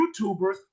YouTubers